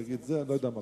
אני לא יודע מה,